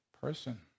person